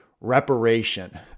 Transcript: reparation